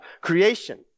creation